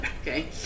okay